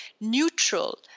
neutral